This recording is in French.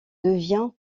devient